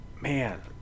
man